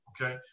Okay